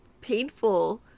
painful